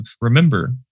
remember